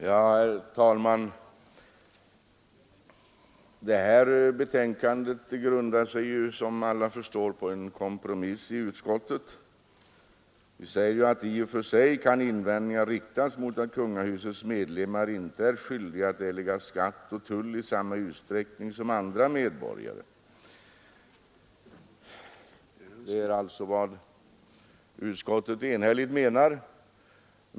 Herr talman! Det här betänkandet grundar sig som alla förstår på en kompromiss i utskottet. Vi säger i betänkandet att invändningar i och för sig kan riktas mot att kungahusets medlemmar inte är skyldiga att erlägga skatt och tull i samma utsträckning som andra medborgare. Det är utskottets enhälliga mening.